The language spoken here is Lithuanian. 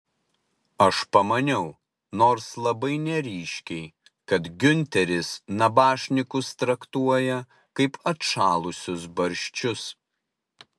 aš pamaniau nors labai neryškiai kad giunteris nabašnikus traktuoja kaip atšalusius barščius